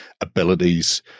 abilities